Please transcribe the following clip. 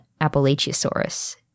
Appalachiosaurus